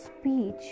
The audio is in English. speech